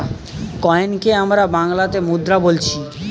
কয়েনকে আমরা বাংলাতে মুদ্রা বোলছি